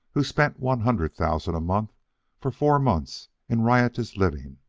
who spent one hundred thousand a month for four months in riotous living,